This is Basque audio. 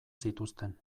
zituzten